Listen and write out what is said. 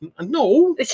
no